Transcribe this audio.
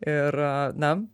ir na